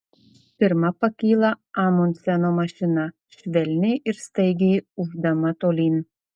pirma pakyla amundseno mašina švelniai ir staigiai ūždama tolyn